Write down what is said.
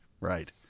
Right